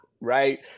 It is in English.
right